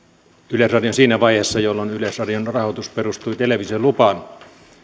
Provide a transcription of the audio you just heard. yleisradion siinä vaiheessa jolloin yleisradion rahoitus perustui televisiolupaan